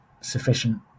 sufficient